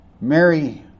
Mary